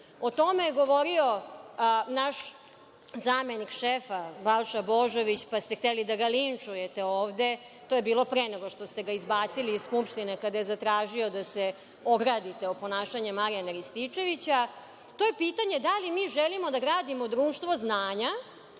O tome je govorio naš zamenik šefa Balša Božović, pa ste hteli da ga linčujete ovde, to je bilo pre nego što ste ga izbacili iz Skupštine kada je zatražio da se ogradite o ponašanje Marijana Rističevića, to je pitanje da li mi želimo da gradimo društvo znanja